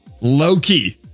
Loki